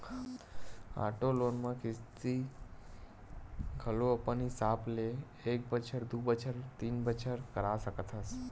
auto loan म किस्ती घलो अपन हिसाब ले एक बछर बर, दू बछर बर, तीन बछर बर करा सकत हस